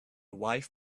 wife